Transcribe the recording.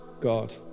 God